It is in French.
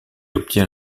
obtient